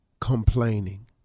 complaining